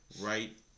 right